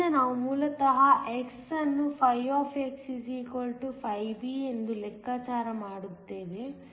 ಆದ್ದರಿಂದ ನಾವು ಮೂಲತಃ x ಅನ್ನು φ φb ಎಂದು ಲೆಕ್ಕಾಚಾರ ಮಾಡುತ್ತೇವೆ